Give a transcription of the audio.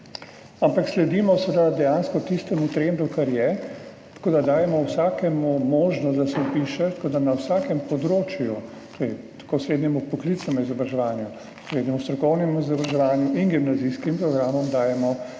ampak sledimo seveda dejansko tistemu trendu, kar je, tako da dajemo vsakemu možnost, da se vpiše. Na vsakem področju, torej tako na srednjem poklicnem izobraževanju, srednjem strokovnem izobraževanju kot na gimnazijskem programu dajemo